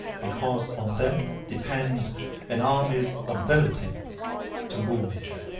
because on them depends an army's ability to move.